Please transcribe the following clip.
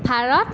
Bharat